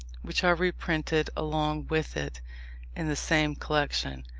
which are reprinted along with it in the same collection.